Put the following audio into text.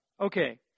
Okay